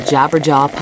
Jabberjaw